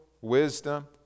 wisdom